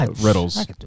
riddles